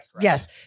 Yes